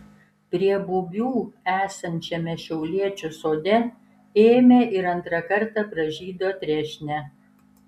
prie bubių esančiame šiauliečių sode ėmė ir antrą kartą pražydo trešnė